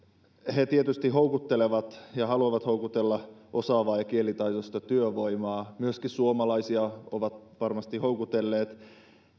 he tietysti houkuttelevat ja haluavat houkutella osaavaa ja kielitaitoista työvoimaa myöskin suomalaisia ovat varmasti houkutelleet